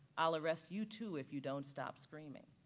i'll arrest you too if you don't stop screaming.